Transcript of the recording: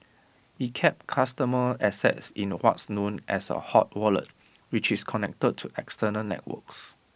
IT kept customer assets in what's known as A hot wallet which is connected to external networks